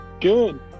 good